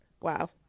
Wow